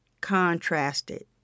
contrasted